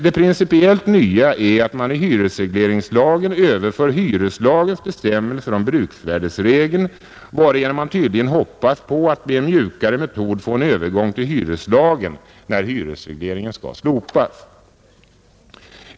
Det principiellt nya är att man i hyresregleringslagen överför hyreslagens bestämmelser om bruksvärderegeln, varigenom man tydligen hoppas på att med en mjukare metod få en övergång till hyreslagen, när hyresregleringen skall slopas.